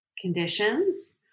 conditions